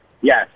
Yes